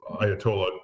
Ayatollah